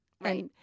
right